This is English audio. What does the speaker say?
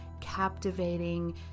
captivating